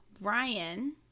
Brian